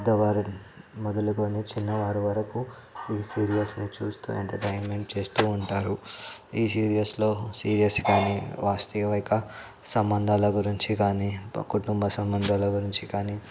పెద్దవారిని మొదలుకొని చిన్నవారి వరకు ఈ సీరియల్స్ని చూస్తూ ఎంటర్టైన్మెంట్ చేస్తూ ఉంటారు ఈ సీరియల్స్లో సీరియల్స్ కానీ వాస్తవిక సంబంధాల గురించి కానీ కుటుంబ సంబంధాల గురించి కానీ